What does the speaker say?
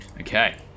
Okay